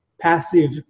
passive